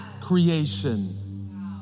creation